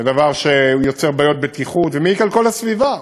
זה דבר שיוצר בעיות בטיחות ומעיק על כל הסביבה,